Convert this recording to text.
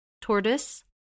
Tortoise